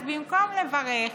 אז במקום לברך,